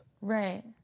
Right